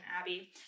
Abby